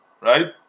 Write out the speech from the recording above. right